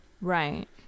Right